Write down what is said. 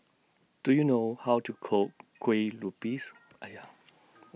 Do YOU know How to Cook Kueh Lupis